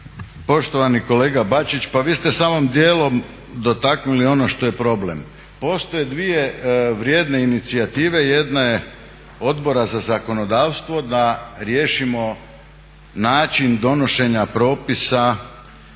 Poštovani kolega Bačić, pa vi ste samo dijelom dotaknuli ono što je problem. Postoje dvije vrijedne inicijative, jedna je Odbora za zakonodavstvo da riješimo način donošenja propisa